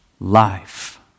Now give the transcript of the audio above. life